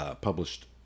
published